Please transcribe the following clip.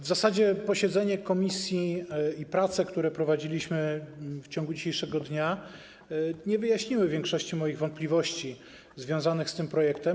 W zasadzie posiedzenie komisji i prace, które prowadziliśmy w ciągu dzisiejszego dnia, nie wyjaśniły większości moich wątpliwości związanych z tym projektem.